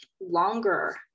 longer